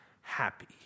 happy